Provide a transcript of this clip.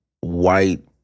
white